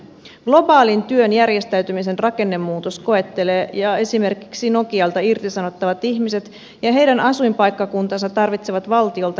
globaalin työn järjestäytymisen rakennemuutos koettelee ja esimerkiksi nokialta irtisanottavat ihmiset ja heidän asuinpaikkakuntansa tarvitsevat valtiolta kädenojennuksen